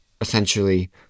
essentially